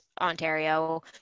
Ontario